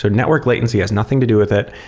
so network latency has nothing to do with it.